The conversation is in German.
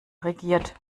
regiert